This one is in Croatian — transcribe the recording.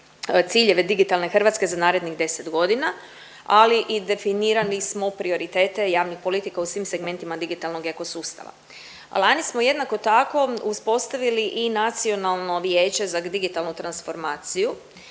ciljeve digitalne hrvatske za narednih deset godina, ali i definirali smo prioritete javnih politika u svim segmentima digitalnog eko sustava. Lani smo jednako tako uspostavili i Nacionalno vijeće za digitalnu transformaciju